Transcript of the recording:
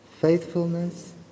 faithfulness